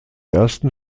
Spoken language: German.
ersten